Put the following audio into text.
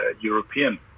European